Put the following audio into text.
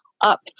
Up